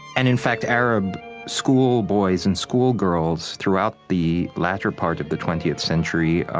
and in fact, arab schoolboys and schoolgirls throughout the latter part of the twentieth century